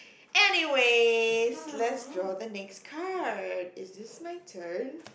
anyways let's draw the next card is this my turn